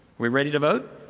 we ready to vote?